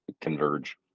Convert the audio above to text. converge